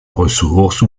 ressource